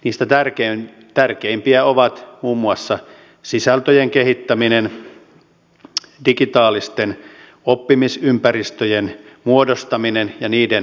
niistä tärkeimpiä ovat muun muassa sisältöjen kehittäminen digitaalisten oppimisympäristöjen muodostaminen ja niiden tukeminen